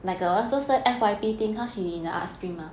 like a like F_Y_P thing cause you mean the art stream